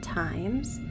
times